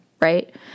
right